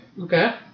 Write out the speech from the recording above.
Okay